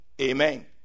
Amen